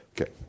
Okay